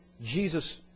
Jesus